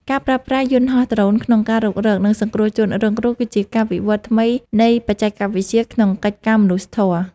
ការប្រើប្រាស់យន្តហោះដ្រូនក្នុងការរុករក និងសង្គ្រោះជនរងគ្រោះគឺជាការវិវត្តថ្មីនៃបច្ចេកវិទ្យាក្នុងកិច្ចការមនុស្សធម៌។